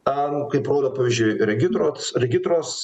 am kaip rodo pavyzdžiai regitros regitros